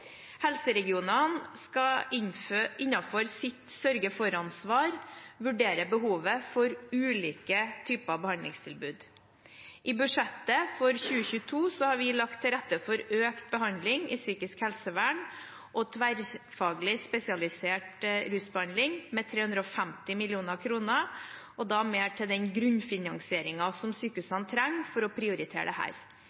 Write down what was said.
Helseregionene skal innenfor sitt sørge-for-ansvar vurdere behovet for ulike typer behandlingstilbud. I budsjettet for 2022 har vi lagt til rette for økt behandling innen psykisk helsevern og tverrfaglig spesialisert rusbehandling, med 350 mill. kr mer til den grunnfinansieringen som